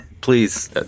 please